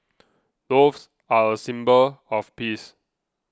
doves are a symbol of peace